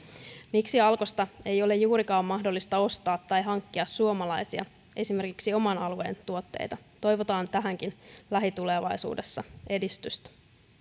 miksi alkosta ei ole juurikaan mahdollista ostaa tai hankkia suomalaisia esimerkiksi oman alueen tuotteita toivotaan tähänkin lähitulevaisuudessa edistystä